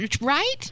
right